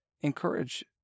encourage